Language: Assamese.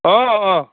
অঁ অঁ অঁ